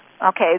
Okay